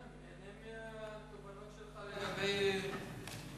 לא, אני נהנה מהתובנות שלך לגבי מנהיגות.